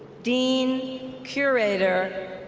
dean, curator,